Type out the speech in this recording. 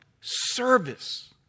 service